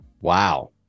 Wow